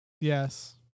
Yes